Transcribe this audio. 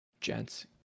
gents